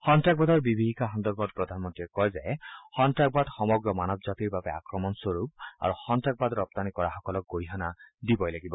সন্নাসবাদৰ বিভীষিকা সন্দৰ্ভত প্ৰধানমন্ত্ৰীয়ে কয় যে সন্নাসবাদ সমগ্ৰ মানৱ জাতিৰ বাবে আক্ৰমণ স্বৰূপ আৰু সন্তাসবাদৰ ৰপ্তানি কৰা সকলক গৰিহণা দিব লাগিব